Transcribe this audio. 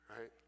Right